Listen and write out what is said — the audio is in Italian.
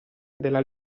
della